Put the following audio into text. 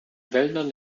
wäldern